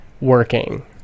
working